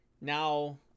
now